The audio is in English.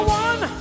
one